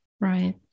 Right